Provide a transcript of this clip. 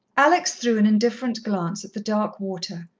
alex threw an indifferent glance at the dark water,